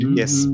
yes